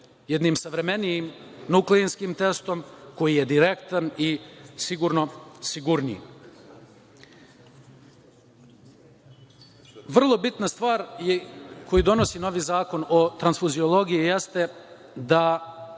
jednim savremenijim nukleinskim testom koji je direktan i sigurniji. Vrlo bitna stvar koja donosi novi zakon o transfuziologiji jeste da